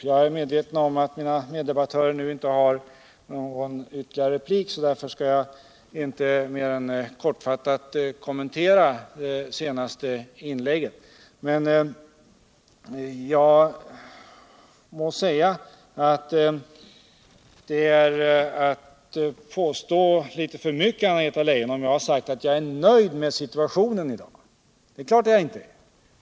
Jag är medveten om att mina meddebattörer nu inte har rätt till någon ytterligare replik. Dirför skall jag bara kortfattat kommentera de senaste inläggen. Det är att påstå litet för mycket, Anna-Greta Leijon. att säga att jag är nöjd med situationen I dag. Det är jag givetvis inte.